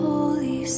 Holy